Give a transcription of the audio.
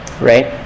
right